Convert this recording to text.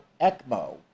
ecmo